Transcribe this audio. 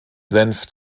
senf